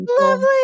lovely